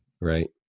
Right